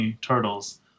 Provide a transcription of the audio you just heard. turtles